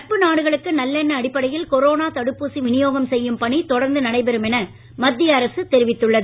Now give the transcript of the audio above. நட்பு நாடுகளுக்கு நல்லெண்ண அடிப்படையில் கொரோனா தடுப்பூசி விநியோகம் செய்யும் பணி தொடர்ந்து நடைபெறும் என மத்திய அரசு தெரிவித்துள்ளது